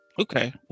okay